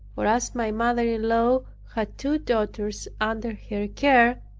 for as my mother-in-law had two daughters under her care,